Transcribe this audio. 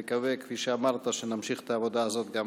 נקווה, כפי שאמרת, שנמשיך את העבודה הזאת גם